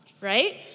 right